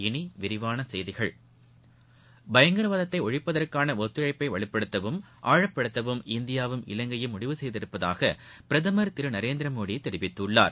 இனி விரிவான செய்திகள் பயங்கரவாதத்தை ஒழிப்பதற்காள ஒத்துழைப்பை வலுப்படுத்தவும் ஆழப்படுத்தவும் இந்தியாவும் இலங்கையும் முடிவு செய்துள்ளதாக பிரதமர் திரு நரேந்திர மோடி தெரிவித்துள்ளார்